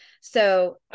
So-